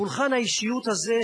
פולחן האישיות הזה,